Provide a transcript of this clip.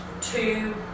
two